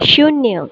शून्य